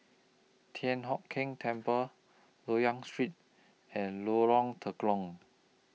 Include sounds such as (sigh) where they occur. Thian Hock Keng Temple Loyang Street and Lorong (unintelligible)